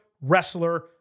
Wrestler